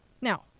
Now